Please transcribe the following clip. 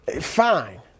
Fine